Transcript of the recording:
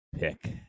pick